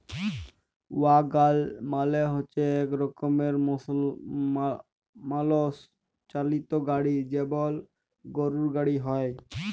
ওয়াগল মালে হচ্যে এক রকমের মালষ চালিত গাড়ি যেমল গরুর গাড়ি হ্যয়